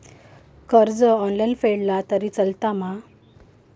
कर्ज ऑनलाइन फेडला तरी चलता मा?